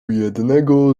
jednego